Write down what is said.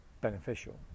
beneficial